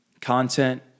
content